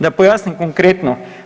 Da pojasnim konkretno.